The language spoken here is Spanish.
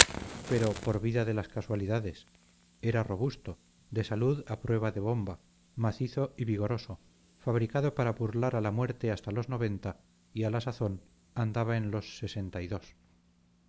pero por vida de las casualidades era robusto de salud a prueba de bomba macizo y vigoroso fabricado para burlar a la muerte hasta los noventa y a la sazón andaba en los sesenta y dos